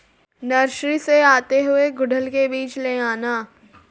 nursery से आते हुए गुड़हल के बीज ले आना